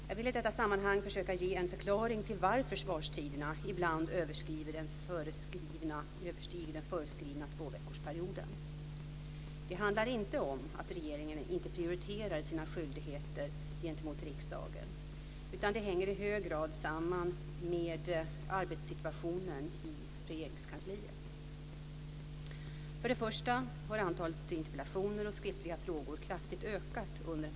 Jag vill i detta sammanhang försöka att ge en förklaring till varför svarstiderna ibland överstiger den föreskrivna tvåveckorsperioden. Det handlar inte om att regeringen inte prioriterar sina skyldigheter gentemot riksdagen, utan det hänger i hög grad samman med arbetssituationen i Regeringskansliet.